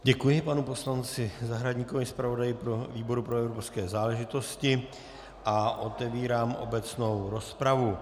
Děkuji panu poslanci Zahradníkovi, zpravodaji výboru pro evropské záležitosti, a otevírám obecnou rozpravu.